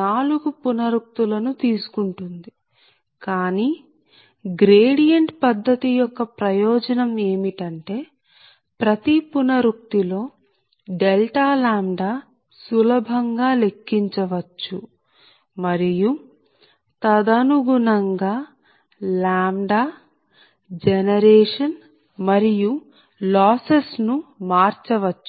నాలుగు పునరుక్తు లను తీసుకుంటుంది కానీ గ్రేడియంట్ పద్ధతి యొక్క ప్రయోజనం ఏమిటంటే ప్రతి పునరుక్తి లో Δλ సులభం గా లెక్కించవచ్చు మరియు తదనుగుణం గా λ జనరేషన్ మరియు లాసెస్ ను మార్చవచ్చు